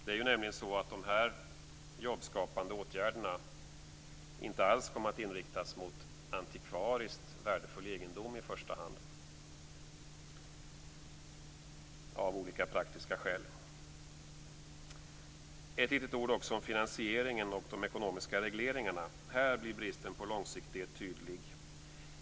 Det är ju nämligen så att de här jobbskapande åtgärderna inte alls kom att inriktas mot i första hand antikvariskt värdefull egendom av olika praktiska skäl. Ett litet ord också om finansieringen och de ekonomiska regleringarna. Här blir bristen på långsiktighet tydlig.